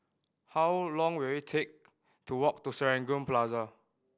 how long will it take to walk to Serangoon Plaza